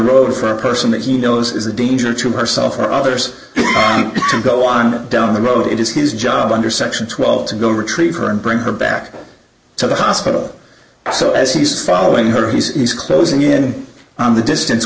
road for a person that he knows is a danger to herself or others to go on down the road it is his job under section twelve to go retrieve her and bring her back to the hospital so as he's following her he's closing in on the distance